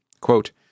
Quote